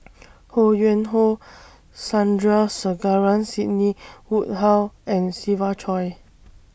Ho Yuen Hoe Sandrasegaran Sidney Woodhull and Siva Choy